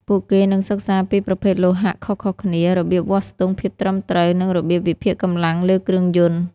ពួកគេនឹងសិក្សាពីប្រភេទលោហៈខុសៗគ្នា របៀបវាស់ស្ទង់ភាពត្រឹមត្រូវ និងរបៀបវិភាគកម្លាំងលើគ្រឿងយន្ត។